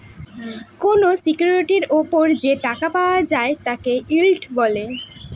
কোনো সিকিউরিটির ওপর যে টাকা পাওয়া যায় তাকে ইল্ড বলে